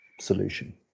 solution